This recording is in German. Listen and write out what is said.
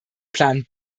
plan